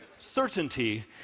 Certainty